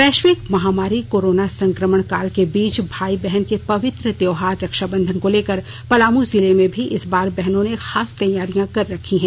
वैश्विक महामारी कोरोना संकमण काल के बीच भाई बहन के पवित्र त्योहार रक्षाबंधन को लेकर पलामु जिले में भी इस बार बहनों ने खास तैयारियां कर रखी है